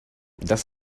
das